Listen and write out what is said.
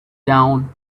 down